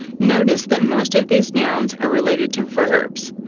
notice that most of these nouns are related to verbs,